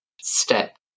step